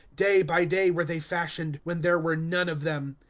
day by day were they fashioned, when there were none of them.